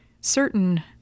certain